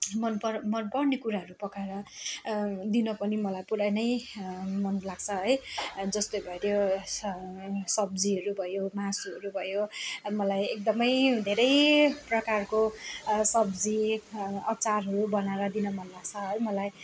मनपर मनपर्ने कुराहरू पकाएर दिन पनि मलाई पुरा नै मन लाग्छ है जस्तो भयो त्यो स सब्जीहरू भयो मासुहरू भयो अब मलाई एकदमै धेरै प्रकारको सब्जी अचारहरू बनाएर दिन मन लाग्छ है मलाई